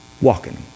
Walking